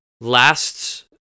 lasts